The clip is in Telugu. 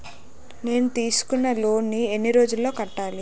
నేను తీసుకున్న లోన్ నీ ఎన్ని రోజుల్లో కట్టాలి?